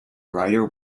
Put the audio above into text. rider